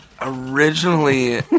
originally